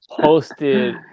posted